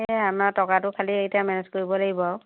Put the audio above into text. এই আমাৰ টকাটো খালী এতিয়া মেনেজ কৰিব লাগিব আৰু